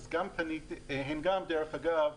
דרך אגב,